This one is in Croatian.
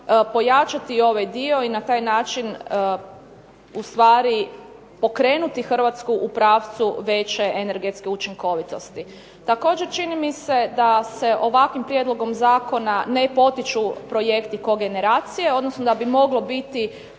pojačati ovaj dio i na taj način ustvari pokrenuti Hrvatsku u pravcu veće energetske učinkovitosti. Također čini mi se da se ovakvim prijedlogom zakona ne potiču projekti kogeneracije, odnosno da bi moglo biti